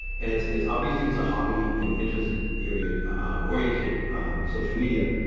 and it's it's obviously it's a hobby in interest area oriented social media.